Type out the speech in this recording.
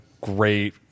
great